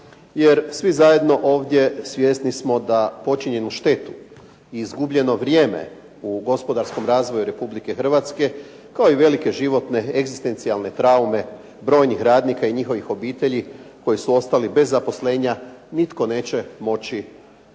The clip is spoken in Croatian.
jer svi zajedno ovdje svjesni smo da počinjenu štetu i izgubljeno vrijeme u gospodarskom razvoju Republike Hrvatske kao i velike životne egzistencijalne traume brojnih radnika i njihovih obitelji koji su ostali bez zaposlenja nitko neće moći